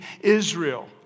Israel